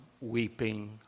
weeping